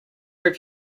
have